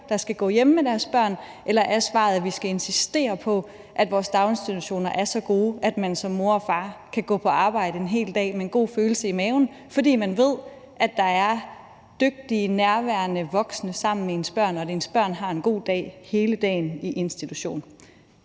der skal gå hjemme med deres børn, eller om svaret er, at vi skal insistere på, at vores daginstitutioner er så gode, at man som mor og far kan gå på arbejde en hel dag med en god følelse i maven, fordi man ved, at der er dygtige, nærværende voksne sammen med ens børn, og at ens børn har en god dag hele dagen i institutionen.